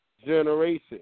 generation